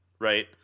right